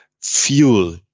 fuel